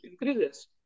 increases